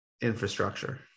Infrastructure